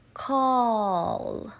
call